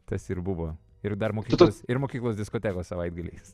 tas ir buvo ir dar mokyklos ir mokyklos diskotekos savaitgaliais